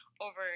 over